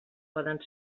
poden